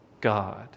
God